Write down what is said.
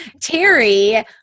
Terry